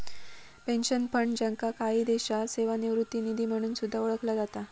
pension fund, ज्याका काही देशांत सेवानिवृत्ती निधी म्हणून सुद्धा ओळखला जाता